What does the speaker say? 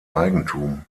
eigentum